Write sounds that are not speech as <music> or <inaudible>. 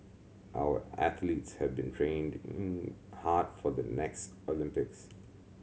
our athletes have been training <unintelligible> hard for the next Olympics